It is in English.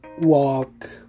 walk